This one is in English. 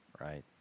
Right